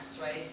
right